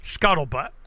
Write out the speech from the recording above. scuttlebutt